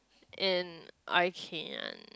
and I can